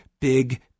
big